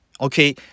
Okay